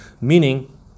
meaning